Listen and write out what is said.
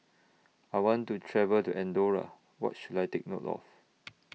I want to travel to Andorra What should I Take note of